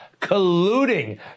colluding